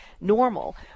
normal